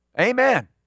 Amen